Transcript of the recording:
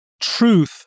truth